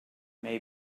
may